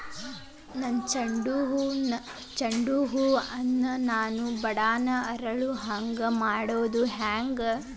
ನನ್ನ ಚಂಡ ಹೂ ಅನ್ನ ನಾನು ಬಡಾನ್ ಅರಳು ಹಾಂಗ ಮಾಡೋದು ಹ್ಯಾಂಗ್?